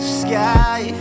sky